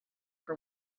for